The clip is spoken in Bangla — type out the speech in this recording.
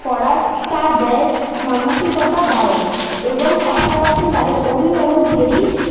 করারটা দেয় মানসিকতা বাড়ে এবং পাশাপাশি তাদের অভিভাবকদেরই